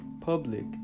public